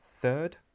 third